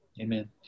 Amen